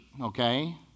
okay